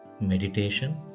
meditation